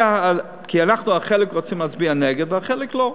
כי אנחנו על חלק רוצים להצביע נגד ועל חלק לא.